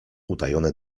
utajone